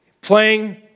playing